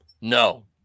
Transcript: no